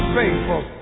faithful